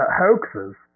hoaxes